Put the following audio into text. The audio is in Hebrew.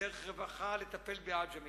דרך רווחה לטפל בעג'מי.